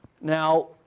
Now